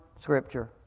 scripture